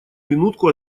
минутку